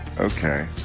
Okay